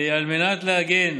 על מנת להגן